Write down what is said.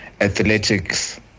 athletics